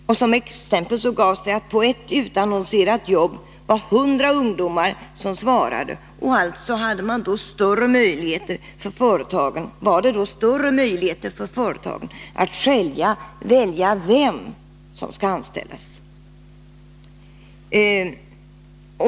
Som ett exempel nämndes det att det var 100 ungdomar som svarade på en annons om ett jobb och att företaget då hade större möjligheter att välja vem som skulle anställas.